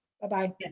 Bye-bye